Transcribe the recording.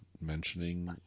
mentioning